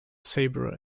sabre